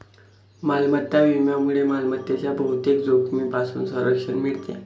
मालमत्ता विम्यामुळे मालमत्तेच्या बहुतेक जोखमींपासून संरक्षण मिळते